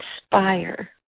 inspire